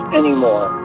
anymore